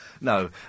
No